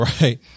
right